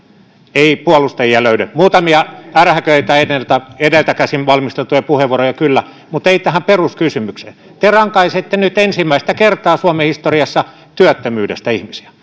ei puolustajia löydy muutamia ärhäköitä edeltä edeltä käsin valmisteltuja puheenvuoroja kyllä mutta ei tähän peruskysymykseen te rankaisette nyt ensimmäistä kertaa suomen historiassa työttömyydestä ihmisiä